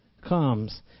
comes